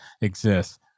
exist